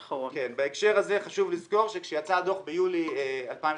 בהקשר הזה חשוב לזכור שכאשר יצא הדוח ביולי 2018,